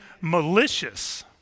malicious